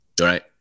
Right